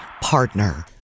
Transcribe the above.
partner